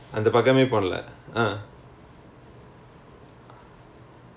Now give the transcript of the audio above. ya secondary two ya after secondary two I took